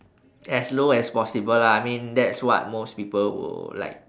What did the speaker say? as low as possible lah I mean that's what most people will like